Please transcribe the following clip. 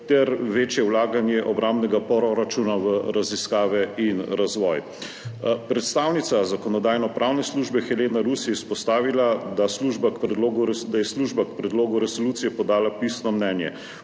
ter večje vlaganje obrambnega proračuna v raziskave in razvoj. Predstavnica Zakonodajno-pravne službe Helena Rus je izpostavila, da je služba k predlogu resolucije podala pisno mnenje,